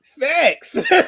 facts